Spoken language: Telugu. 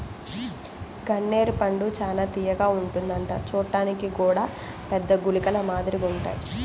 గన్నేరు పండు చానా తియ్యగా ఉంటదంట చూడ్డానికి గూడా పెద్ద గుళికల మాదిరిగుంటాయ్